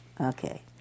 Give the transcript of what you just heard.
Okay